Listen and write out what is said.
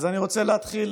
אני רוצה להתחיל